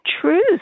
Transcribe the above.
truth